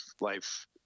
life